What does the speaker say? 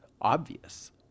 obvious